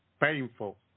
Painful